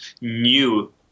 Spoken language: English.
new